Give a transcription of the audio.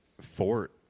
Fort